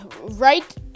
Right